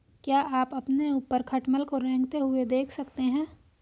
क्या आप अपने ऊपर खटमल को रेंगते हुए देख सकते हैं?